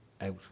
out